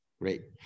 Great